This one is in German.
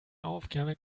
aufgabe